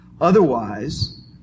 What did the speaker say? Otherwise